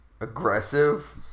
aggressive